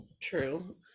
true